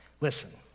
Listen